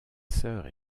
sœurs